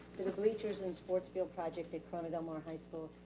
do the bleachers and sports field project at corona del mar high school,